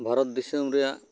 ᱵᱷᱟᱨᱚᱛ ᱫᱤᱥᱚᱢ ᱨᱮᱭᱟᱜ